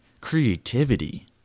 Creativity